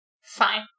fine